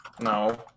No